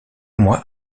mois